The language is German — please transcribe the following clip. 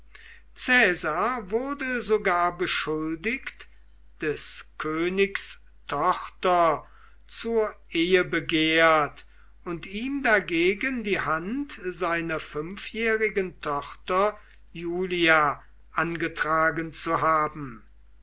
wurde sogar beschuldigt des königs tochter zur ehe begehrt und ihm dagegen die hand seiner fünfjährigen tochter julia angetragen zu haben